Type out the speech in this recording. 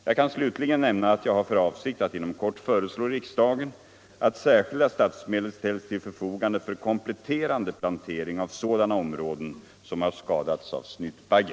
Jag kan slutligen nämna att jag har för avsikt att inom kort föreslå riksdagen att särskilda statsmedel ställs till förfogande för kompletterande plantering av sådana områden som har skadats av snytbagge.